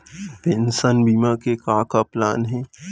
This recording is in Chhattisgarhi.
पेंशन बीमा के का का प्लान हे?